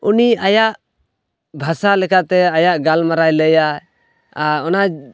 ᱩᱱᱤ ᱟᱭᱟᱜ ᱵᱷᱟᱥᱟ ᱞᱮᱠᱟᱛᱮ ᱟᱭᱟᱜ ᱜᱟᱞᱢᱟᱨᱟᱣᱮ ᱞᱟᱹᱭᱟ ᱟᱨ ᱚᱱᱟ